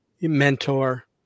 mentor